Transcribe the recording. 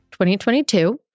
2022